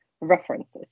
references